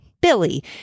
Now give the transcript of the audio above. Billy